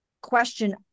question